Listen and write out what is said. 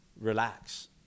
relax